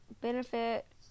benefit